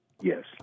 Yes